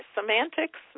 Semantics